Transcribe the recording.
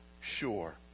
sure